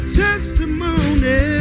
testimony